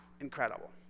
Incredible